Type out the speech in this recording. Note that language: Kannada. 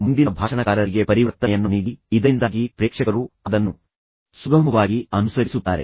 ಮುಂದಿನ ಭಾಷಣಕಾರರಿಗೆ ಪರಿವರ್ತನೆಯನ್ನು ನೀಡಿ ಇದರಿಂದಾಗಿ ಪ್ರೇಕ್ಷಕರು ಅದನ್ನು ಸುಗಮವಾಗಿ ಅನುಸರಿಸುತ್ತಾರೆ